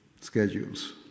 schedules